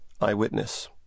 Eyewitness